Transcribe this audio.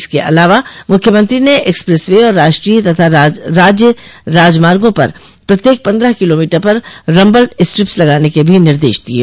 इसके अलावा मुख्यमंत्री ने एक्सप्रेस वे और राष्ट्रीय तथा राज्य राजमार्गो पर प्रत्येक पन्द्रह किलोमीटर पर रम्बल स्ट्रिप्स लगाने के भी निदेश दिये